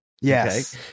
Yes